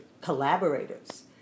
collaborators